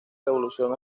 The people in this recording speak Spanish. revolución